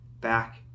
back